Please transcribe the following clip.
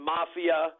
Mafia